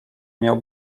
miał